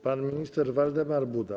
Pan minister Waldemar Buda.